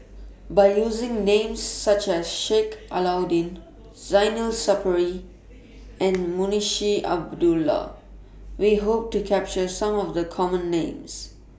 By using Names such as Sheik Alau'ddin Zainal Sapari and Munshi Abdullah We Hope to capture Some of The Common Names